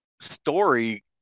story